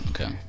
okay